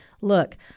Look